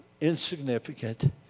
insignificant